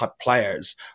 players